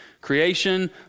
Creation